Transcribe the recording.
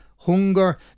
Hunger